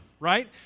right